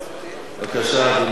שלוש דקות לכבודו.